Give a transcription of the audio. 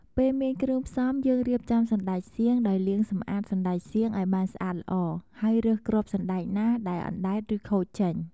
ពេលមានគ្រឿងផ្សំ យើងរៀបចំសណ្ដែកសៀង ដោយលាងសម្អាតសណ្ដែកសៀងឱ្យបានស្អាតល្អ ហើយរើសគ្រាប់សណ្ដែកណាដែលអណ្ដែត ឬខូចចេញ។